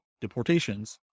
deportations